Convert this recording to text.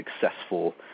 successful